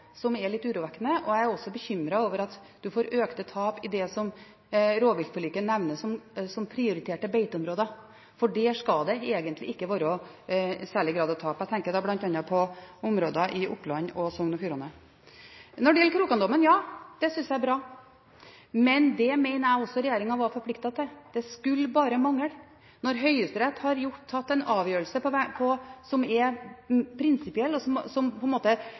som er litt urovekkende. Jeg er også bekymret over at man får økte tap i det som rovviltforliket benevner som prioriterte beiteområder, for der skal det egentlig ikke være særlig grad av tap. Jeg tenker da bl.a. på områder i Oppland og Sogn og Fjordane. Når det gjelder Krokann-dommen: Ja, det synes jeg er bra, men det mener jeg regjeringen var forpliktet til. Det skulle bare mangle når Høyesterett har tatt en avgjørelse som er prinsipiell, som angår én driver, men som